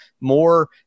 more